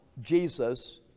Jesus